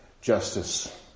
justice